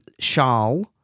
Charles